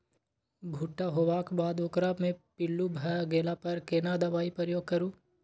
भूट्टा होबाक बाद ओकरा मे पील्लू भ गेला पर केना दबाई प्रयोग करू?